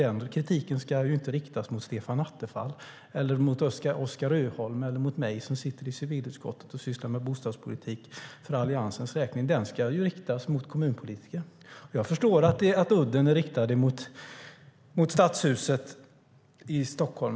Den kritiken ska inte riktas mot Stefan Attefall eller mot Oskar Öholm eller mot mig som sitter i civilutskottet och sysslar med bostadspolitik för Alliansens räkning. Den ska ju riktas mot kommunpolitiker. Jag förstår att udden är riktad mot Stadshuset i Stockholm.